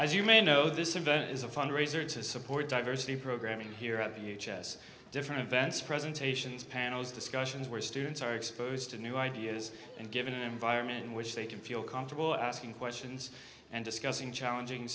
as you may know this event is a fundraiser to support diversity programming here of us different events presentations panels discussions where students are exposed to new ideas and given an environment in which they can feel comfortable asking questions and discussing challenging